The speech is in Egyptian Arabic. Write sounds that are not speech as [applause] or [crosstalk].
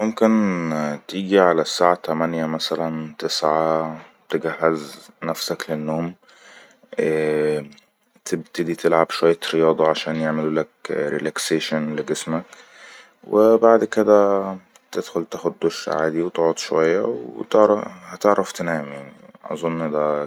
يمكن تيجي على الساعة تمنيه مثلن او تسعه تجهز نفسك للنوم [hesitation] تبتدي تلعب شوية رياضة عشان يعمل لك ريالكسيشن لجسمك وبعد كده تدخل تاخد دوش عادي وتقعد شوية وتعر-تعرف ف تنام يعني اظن داا